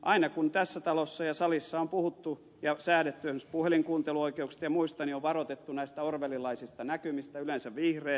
aina kun tässä talossa ja salissa on puhuttu ja säädetty esimerkiksi puhelinkuunteluoikeuksista ja muista on varoitettu näistä orwellilaisista näkymistä yleensä vihreät